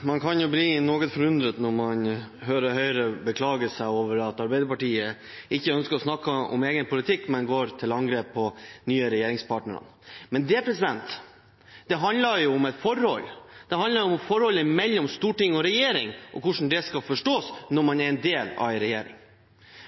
Man kan bli noe forundret når man hører Høyre beklage seg over at Arbeiderpartiet ikke ønsker å snakke om egen politikk, men går til angrep på de nye regjeringspartnerne. Men det handler jo om et forhold. Det handler om forholdet mellom storting og regjering og hvordan det skal forstås når man er en del av en regjering.